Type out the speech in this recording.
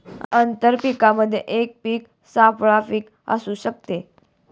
आंतर पीकामध्ये एक पीक सापळा पीक असू शकते